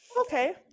Okay